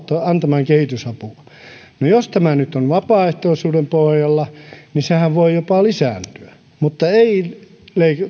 antamaan kehitysapuun no jos tämä nyt on vapaaehtoisuuden pohjalla niin sehän voi jopa lisääntyä mutta ei